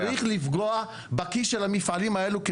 צריך לפגוע בכיס של המפעלים האלו,